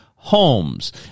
homes